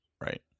Right